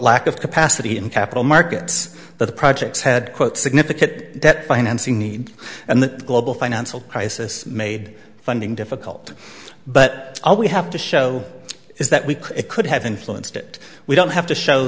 lack of capacity in capital markets that the projects had quote significate debt financing need and the global financial crisis made funding difficult but all we have to show is that we could have influenced it we don't have to show